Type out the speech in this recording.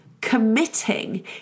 committing